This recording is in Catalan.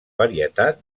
varietat